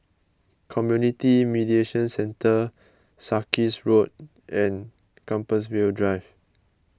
Community Mediation Centre Sarkies Road and Compassvale Drive